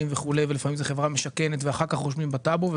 לפעמים זו חברה משכנת ואחר כך רושמים בטאבו.